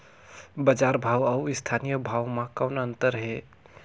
बजार भाव अउ स्थानीय भाव म कौन अन्तर हे?